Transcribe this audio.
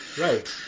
Right